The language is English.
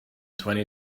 twenty